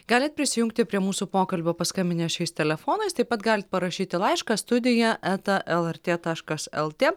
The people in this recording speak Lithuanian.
galit prisijungti prie mūsų pokalbio paskambinę šiais telefonais taip pat galit parašyti laišką studija eta lrt taškas lt